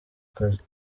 kazi